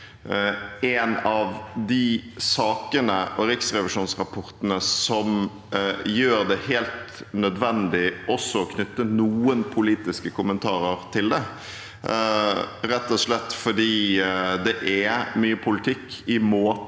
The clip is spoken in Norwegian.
en av de sakene og riksrevisjonsrapportene som gjør det helt nødvendig også å knytte noen politiske kommentarer til det, rett og slett fordi det er mye politikk i måten